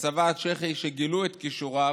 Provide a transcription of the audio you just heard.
בצבא הצ'כי, כשגילו את כישוריו,